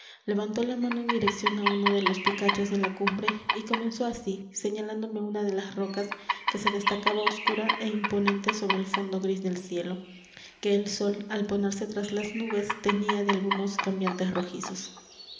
levantó la mano en dirección á uno de los picachos de la cumbre y comenzó así señalándome una de las rocas que se destacaba oscura é imponente sobre el fondo gris del cielo que el sol al ponerse tras las nubes teñía de algunos cambiantes rojizos